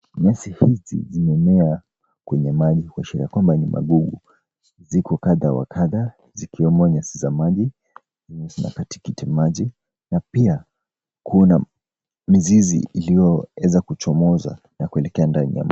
Nyasi hizi zimemea kwenye maji kuashiria kwamba ni magugu. Ziko kadha wa kadha, zikiwemo nyasi za maji, tikitiki maji na pia kuna mizizi iliyoeza kuchomoza na kuelekea ndani ya maji.